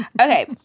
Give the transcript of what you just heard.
okay